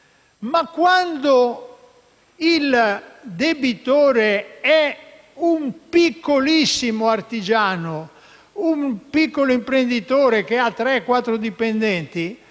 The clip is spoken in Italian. Ma quando il debitore è un piccolissimo artigiano, un piccolo imprenditore che ha tre o quattro dipendenti,